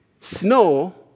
snow